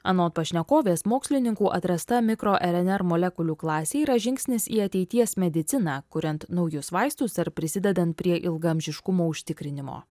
anot pašnekovės mokslininkų atrasta mikro rnr molekulių klasė yra žingsnis į ateities mediciną kuriant naujus vaistus ar prisidedant prie ilgaamžiškumo užtikrinimo